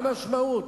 מה המשמעות,